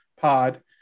pod